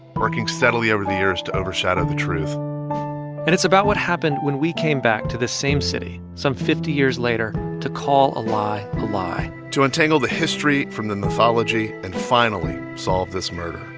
working steadily over the years to overshadow the truth and it's about what happened when we came back to the same city some fifty years later to call a lie a lie to untangle the history from the mythology and finally solve this murder